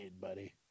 buddy